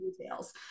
details